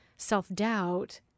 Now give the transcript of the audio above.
self-doubt